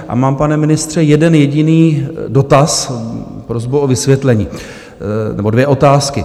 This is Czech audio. A mám, pane ministře, jeden jediný dotaz, prosbu o vysvětlení nebo dvě otázky.